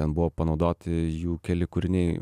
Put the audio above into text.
ten buvo panaudoti jų keli kūriniai